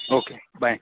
okay bye